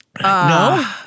No